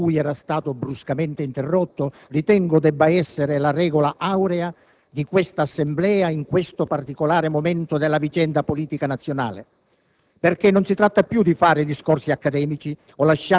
riprendere serenamente il discorso dal punto in cui era stato bruscamente interrotto ritengo debba essere la regola aurea di questa Assemblea in questo particolare momento della vicenda politica nazionale.